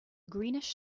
greenish